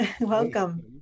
welcome